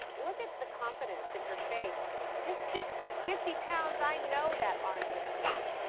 look at the confidence in her face. just just fifty pounds, i know that arm difference.